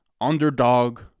Underdog